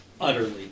utterly